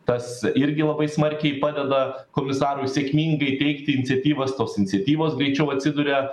tas irgi labai smarkiai padeda komisarui sėkmingai teikti iniciatyvas tos iniciatyvos greičiau atsiduria